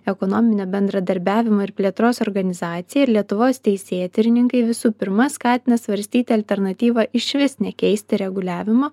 ekonominio bendradarbiavimo ir plėtros organizacija lietuvos teisėtyrininkai visų pirma skatina svarstyti alternatyvą išvis nekeisti reguliavimo